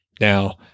Now